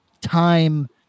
time